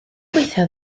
gweithio